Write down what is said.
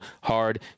hard